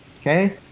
Okay